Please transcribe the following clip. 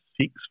six